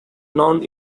non